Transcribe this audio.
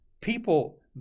People